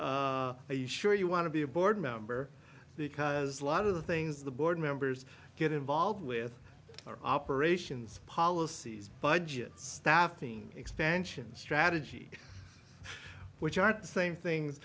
are you sure you want to be a board member because a lot of the things the board members get involved with are operations policies budget staffing expansion strategy which are the same things